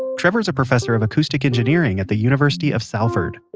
trevor's a professor of acoustic engineering at the university of salford.